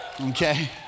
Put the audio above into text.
Okay